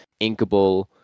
inkable